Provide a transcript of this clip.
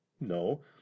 No